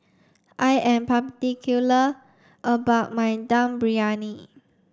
I am particular about my Dum Briyani